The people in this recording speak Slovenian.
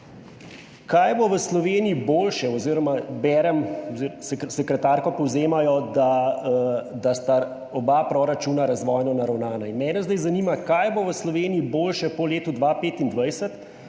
kaj bo v Sloveniji boljše? Berem oziroma sekretarko povzemajo, da sta oba proračuna razvojno naravnana, in mene zdaj zanima, kaj bo v Sloveniji boljše po letu 2025,